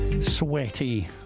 sweaty